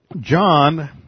John